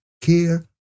care